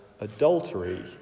adultery